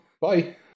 bye